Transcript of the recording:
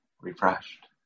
refreshed